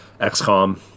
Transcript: XCOM